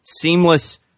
seamless